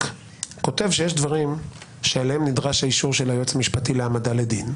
כותב שיש דברים שעליהם נדרש האישור של היועץ המשפטי להעמדה לדין,